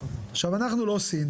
עכשיו, אנחנו לא סין